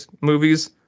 movies